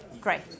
Great